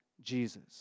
Jesus